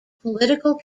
political